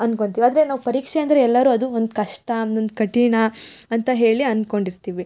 ಅನ್ಕೊಂತೀವಿ ಆದರೆ ನಾವು ಪರೀಕ್ಷೆ ಅಂದರೆ ಎಲ್ಲರೂ ಅದು ಒಂದು ಕಷ್ಟ ಒಂದೊಂದ್ ಕಠಿಣ ಅಂತ ಹೇಳಿ ಅನ್ಕೊಂಡಿರ್ತೀವಿ